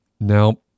Now